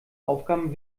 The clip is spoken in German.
aufgaben